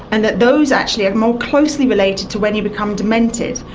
and that those actually are more closely related to when you become demented.